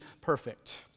perfect